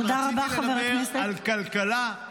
רציתי לדבר על כלכלה.